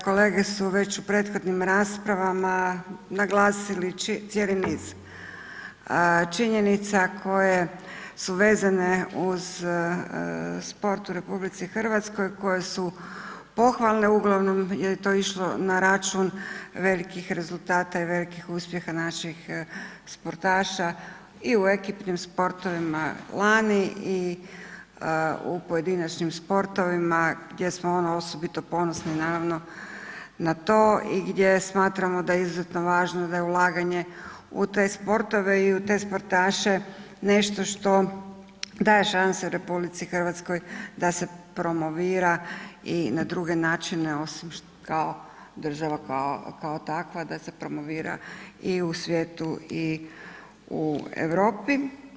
Kolege su već u prethodnim raspravama naglasili cijeli niz činjenica koje su vezane uz sport u RH koje su pohvalne, uglavnom je to išlo na račun velikih rezultata i velikih uspjeha naših sportaša i u ekipnim sportovima lani i u pojedinačnim sportovima gdje smo osobito ponosni na to i gdje smatramo da je izuzetno važno da je ulaganje u te sportove i u te sportaše nešto što daje šanse RH da se promovira i na druge načine osim kao, država kao takva da se promovira i u svijetu i u Europi.